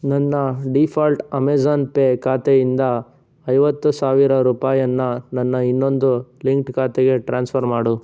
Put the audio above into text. ನನ್ನ default Amazon Pay ಖಾತೆಯಿಂದ ಐವತ್ತು ಸಾವಿರ ರೂಪಾಯಿಯನ್ನ ನನ್ನ ಇನ್ನೊಂದು ಲಿಂಕ್ಡ್ ಖಾತೆಗೆ ಟ್ರಾನ್ಸ್ಫರ್ ಮಾಡು